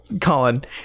Colin